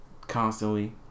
constantly